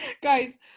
guys